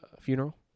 funeral